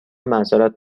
معذرت